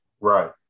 Right